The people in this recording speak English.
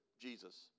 Jesus